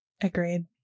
Agreed